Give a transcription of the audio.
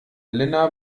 elena